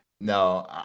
no